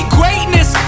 greatness